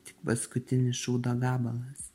tik paskutinis šūdo gabalas